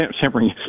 tampering